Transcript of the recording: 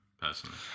Personally